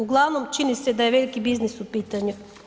Uglavnom čini se da je veliki biznis u pitanju.